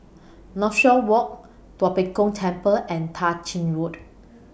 Northshore Walk Tua Pek Kong Temple and Tah Ching Road